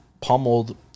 pummeled